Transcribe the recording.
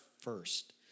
first